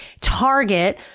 target